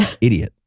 Idiot